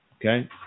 Okay